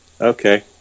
Okay